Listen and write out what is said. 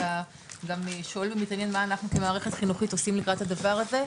אתה גם לשאול ומתעניין מה אנחנו כמערכת חינוכית עושים לקראת הדבר הזה,